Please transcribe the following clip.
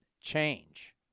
change